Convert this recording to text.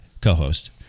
Co-host